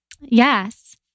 Yes